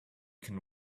can